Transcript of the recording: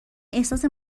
احساس